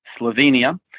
Slovenia